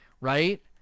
right